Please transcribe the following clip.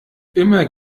immer